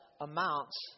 amounts